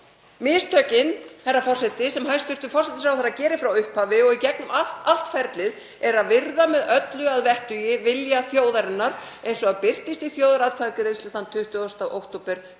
Mistökin, herra forseti, sem hæstv. forsætisráðherra gerir frá upphafi og í gegnum allt ferlið eru að virða með öllu að vettugi vilja þjóðarinnar eins og hann birtist í þjóðaratkvæðagreiðslu þann 20. október 2012.